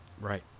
right